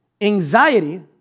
anxiety